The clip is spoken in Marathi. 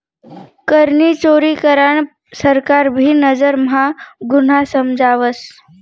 करनी चोरी करान सरकार भी नजर म्हा गुन्हा समजावस